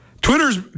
Twitter's